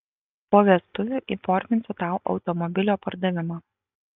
po vestuvių įforminsiu tau automobilio pardavimą